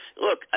look